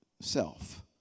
self